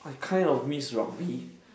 I kind of miss rugby